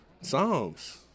psalms